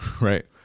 right